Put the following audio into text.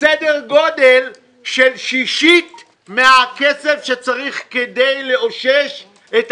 סדר גודל של שישית מהכסף שצריך כדי לאושש את הבריאות.